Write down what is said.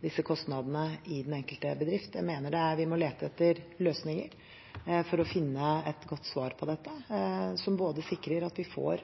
disse kostnadene i den enkelte bedrift. Jeg mener vi må lete etter løsninger for å finne et godt svar på dette, som både sikrer at vi får